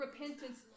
repentance